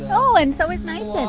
so and so is mason.